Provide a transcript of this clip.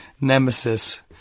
Nemesis